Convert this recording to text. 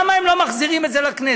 למה הם לא מחזירים את זה לכנסת?